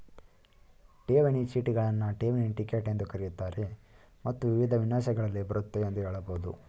ಠೇವಣಿ ಚೀಟಿಗಳನ್ನ ಠೇವಣಿ ಟಿಕೆಟ್ ಎಂದೂ ಕರೆಯುತ್ತಾರೆ ಮತ್ತು ವಿವಿಧ ವಿನ್ಯಾಸಗಳಲ್ಲಿ ಬರುತ್ತೆ ಎಂದು ಹೇಳಬಹುದು